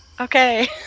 Okay